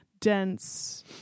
Dense